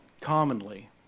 commonly